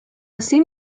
así